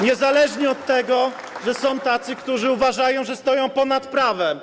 Niezależnie od tego, że są tacy, którzy uważają, że stoją ponad prawem.